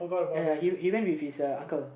ya he he went with his uncle